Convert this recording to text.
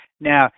now